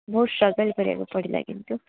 ବହୁତ ଷ୍ଟ୍ରଗଲ୍ କରିବାକୁ ପଡ଼ିଲା କିନ୍ତୁ